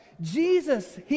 Jesus